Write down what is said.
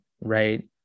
right